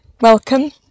welcome